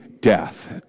death